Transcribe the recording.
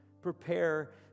Prepare